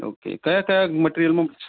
okay કાયા કાયા material